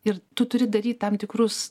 ir tu turi daryt tam tikrus